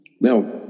Now